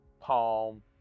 palm